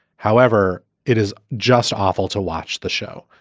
however, it is just awful to watch the show.